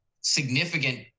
significant